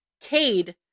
Cade